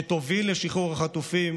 שיוביל לשחרור החטופים,